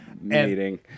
meeting